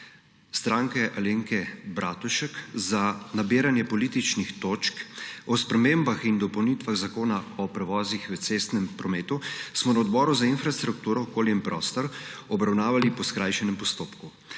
Stranke Alenke Bratušek za nabiranje političnih točk o spremembah in dopolnitvah Zakona o prevozih v cestnem prometu smo na Odboru za infrastrukturo, okolje in prostor obravnavali po skrajšanem postopku.